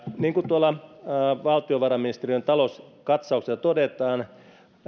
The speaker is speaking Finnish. niin kuin tuolla valtiovarainministeriön talouskatsauksessa todetaan